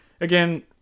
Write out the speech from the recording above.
Again